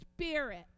spirit